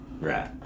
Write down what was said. right